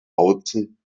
bautzen